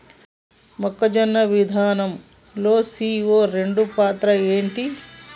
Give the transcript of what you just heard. మొక్కల్లో జీవనం విధానం లో సీ.ఓ రెండు పాత్ర ఏంటి?